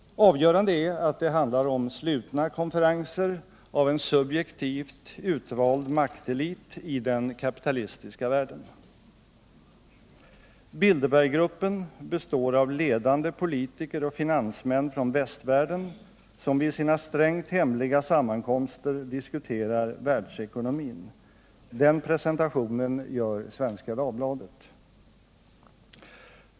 Avgörande är att det handlar om slutna konferenser av en subjektivt utvald maktelit i den kapitalistiska världen. ”Bilderberggruppen består av ledande politiker och finansmän från västvärlden, som vid sina strängt hemliga sammankomster diskuterar världsekonomin” — den presentationen gör Svenska Dagbladet.